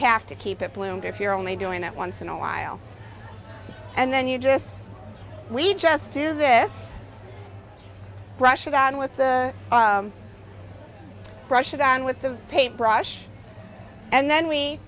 have to keep it bloomed if you're only doing it once in a while and then you just we just do this rushed on with the brush around with the paint brush and then we